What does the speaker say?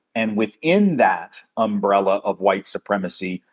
and within that umbrella of white supremacy,